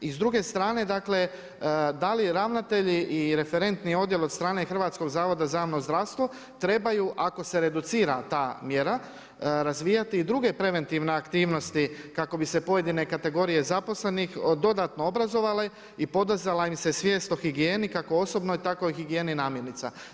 I s druge strane, dakle, da li ravnatelji i referentni odjel od strane Hrvatskog zavoda za javno zdravstvo, trebaju, ako se reducira ta mjera, razvijati i druge preventivne aktivnosti, kako bi se pojedine kategorije zaposlenih dodatno obrazovale i podizala im se svijest o higijeni, kako osobno, tako i higijeni namjernica.